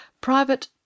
private